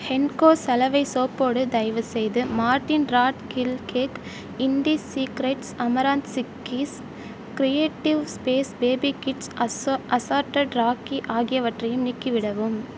ஹென்கோ சலவை சோப்போடு தயவுசெய்து Mortein rat kill cake IndiSecrets amaranth chikkis creative space baby kits assorted rakhi ஆகியவற்றையும் நீக்கிவிடவும்